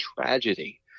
tragedy